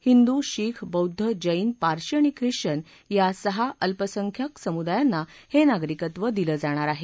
हिंदू शीख बौद्ध जैन पारशी आणि खिश्वन या सहा अल्पसंख्यक समुदायांना हे नागरिकत्व दिलं जाणार आहे